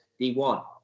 D1